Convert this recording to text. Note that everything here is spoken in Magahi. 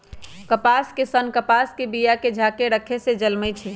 कपास के सन्न कपास के बिया के झाकेँ रक्खे से जलमइ छइ